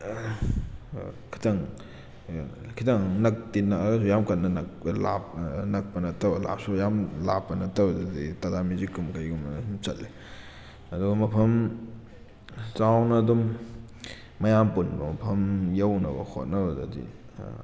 ꯈꯇꯪ ꯈꯤꯇꯪ ꯅꯛꯇꯤ ꯅꯛꯑꯒꯁꯨ ꯌꯥꯝ ꯀꯟꯅ ꯅꯛꯄ ꯅꯠꯇꯕ ꯂꯥꯞꯄꯁꯨ ꯌꯥꯝ ꯂꯥꯞꯄ ꯅꯠꯇꯕꯗꯗꯤ ꯇꯇꯥ ꯃꯦꯖꯤꯛꯀꯨꯝꯕ ꯀꯩꯒꯨꯝꯕꯅ ꯁꯨꯝ ꯆꯠꯂꯦ ꯑꯗꯨꯒ ꯃꯐꯝ ꯆꯥꯎꯅ ꯑꯗꯨꯝ ꯃꯌꯥꯝ ꯄꯨꯟꯕ ꯃꯐꯝ ꯌꯧꯅꯕ ꯍꯣꯠꯅꯕꯗꯗꯤ